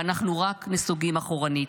ואנחנו רק נסוגים אחורנית.